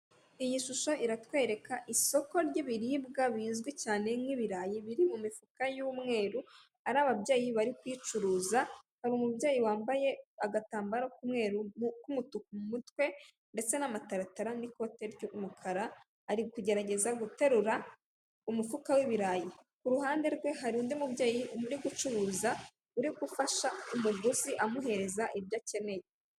Inyubako igaragara nk'ishuri mbere yayo hamanitse idarapo rigihugu cy'u Rwanda hanze y'ikigo hari umuntu mu muhanda ufite igitabo mu ntoki ugenda yihuta ageze hafi y'icyapa.